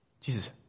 Jesus